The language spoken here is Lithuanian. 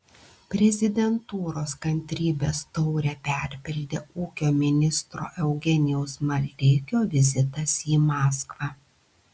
prezidentūros kantrybės taurę perpildė ūkio ministro eugenijaus maldeikio vizitas į maskvą